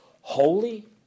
holy